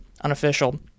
Unofficial